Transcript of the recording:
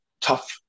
tough